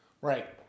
Right